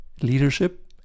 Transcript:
leadership